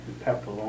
Pepper